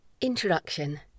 Introduction